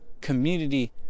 community